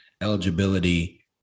eligibility